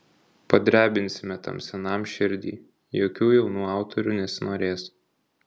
padrebinsime tam senam širdį jokių jaunų autorių nesinorės